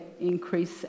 increase